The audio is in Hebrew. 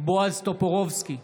בועז טופורובסקי,